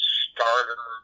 starter